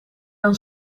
een